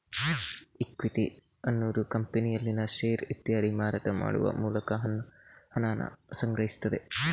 equity ಅನ್ನುದು ಕಂಪನಿಯಲ್ಲಿನ share ಇತ್ಯಾದಿ ಮಾರಾಟ ಮಾಡುವ ಮೂಲಕ ಹಣಾನ ಸಂಗ್ರಹಿಸ್ತದೆ